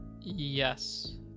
Yes